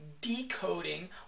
decoding